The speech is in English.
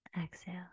Exhale